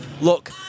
Look